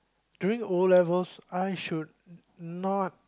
doing O-levels I should not